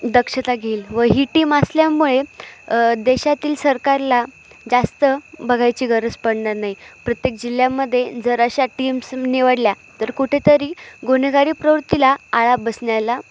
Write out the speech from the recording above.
दक्षता घेईल व ही टीम असल्यामुळे देशातील सरकारला जास्त बघायची गरज पडणार नाही प्रत्येक जिल्ह्यामध्ये जर अशा टीम्स निवडल्या तर कुठेतरी गुन्हेगारी प्रवृत्तीला आळा बसण्याला